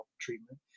treatment